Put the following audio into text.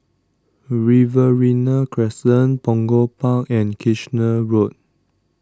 Riverina Crescent Punggol Park and Kitchener Road